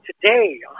Today